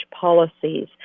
policies